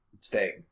stay